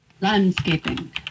Landscaping